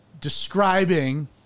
describing